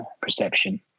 perception